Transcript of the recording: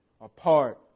apart